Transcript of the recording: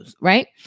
right